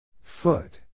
Foot